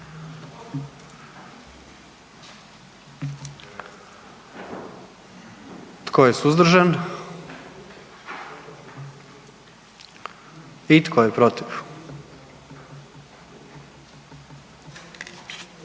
Tko je suzdržan? I tko je protiv?